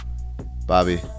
Bobby